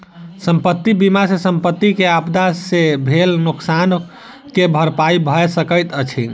संपत्ति बीमा सॅ संपत्ति के आपदा से भेल नोकसान के भरपाई भअ सकैत अछि